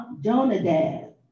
Jonadab